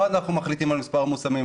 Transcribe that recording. לא אנחנו מחליטים על מספר מושמים,